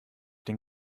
den